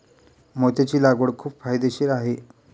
मोत्याची लागवड खूप फायदेशीर आहे